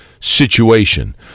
situation